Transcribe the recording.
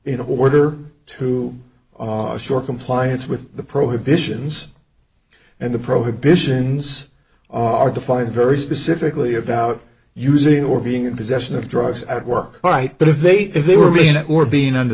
in order to shore compliance with the prohibitions and the prohibitions are defined very specifically about using or being in possession of drugs at work right but if they if they were being that were being under